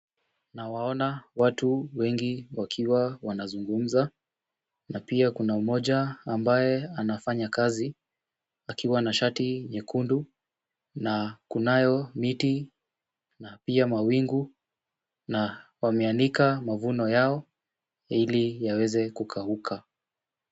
Nawaona watu wengi wakiwa wanazungumza, na pia kuna mmoja ambaye anafanya kazi akiwa na shati nyekundu na kunayo miti na pia mawingu na wameanika mavuno yao ili yaweze kukauka.